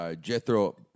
Jethro